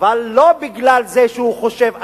אבל לא בגלל זה שהוא חושב אחרת,